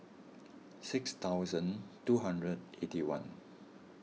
six thousand two hundred and eighty one